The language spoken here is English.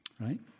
right